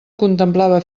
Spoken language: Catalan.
contemplava